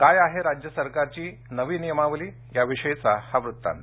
काय आहे राज्य सरकारची नवी नियमावली याविषयीचा हा वृत्तांत